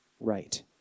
right